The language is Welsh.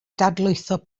dadlwytho